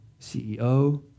CEO